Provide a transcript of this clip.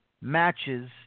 matches